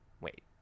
Wait